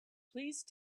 please